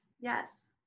yes